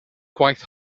gwaith